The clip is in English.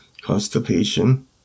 constipation